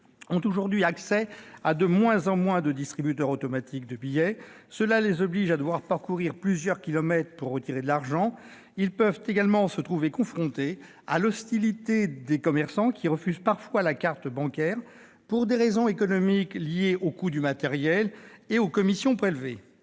ont aujourd'hui accès à un nombre toujours plus faible de distributeurs automatiques de billets. Cela les oblige à parcourir plusieurs kilomètres pour retirer de l'argent. Ils peuvent également se trouver confrontés à l'hostilité des commerçants, qui refusent parfois la carte bancaire pour des raisons économiques liées au coût du matériel et aux commissions prélevées.